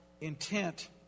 intent